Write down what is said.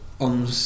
on